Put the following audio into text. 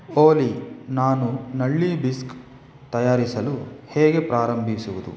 ಓಲಿ ನಾನು ನಳ್ಳಿ ಬಿಸ್ಕ್ ತಯಾರಿಸಲು ಹೇಗೆ ಪ್ರಾರಂಭಿಸುವುದು